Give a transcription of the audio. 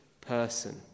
person